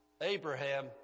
Abraham